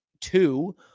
two